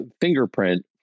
fingerprint